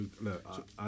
Look